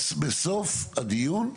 בסוף הדיון,